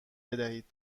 بدهید